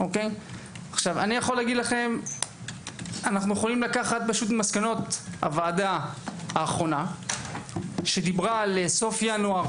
אנו יכולים לקחת מסקנות הוועדה האחרונה שדיברה על סוף ינואר,